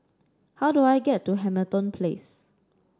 how do I get to Hamilton Place